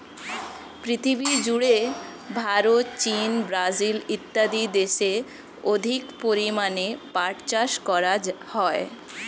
পৃথিবীজুড়ে ভারত, চীন, ব্রাজিল ইত্যাদি দেশে অধিক পরিমাণে পাট চাষ করা হয়